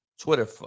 twitter